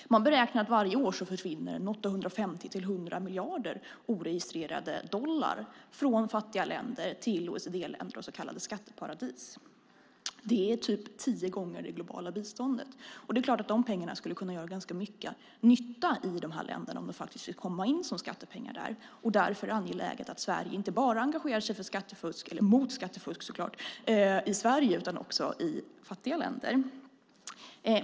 Man beräknar att varje år försvinner 850-1 000 miljarder oregistrerade dollar från fattiga länder till OECD-länder och så kallade skatteparadis. Det är typ tio gånger det globala biståndet. Det är klart att dessa pengar skulle kunna göra ganska mycket nytta i de här länderna om de fick komma in som skattepengar där. Därför är det angeläget att Sverige inte bara engagerar sig mot skattefusk i Sverige utan också i fattiga länder.